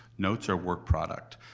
notes are work product.